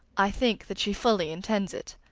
i think that she fully intends it.